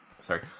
Sorry